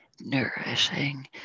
nourishing